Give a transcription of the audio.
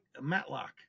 Matlock